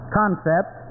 concept